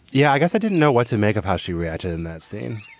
yeah, i guess i didn't know what to make of how she reacted in that scene,